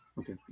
okay